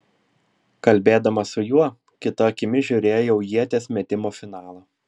kalbėdama su juo kita akimi žiūrėjau ieties metimo finalą